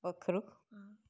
पक्खरू